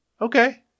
okay